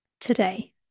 today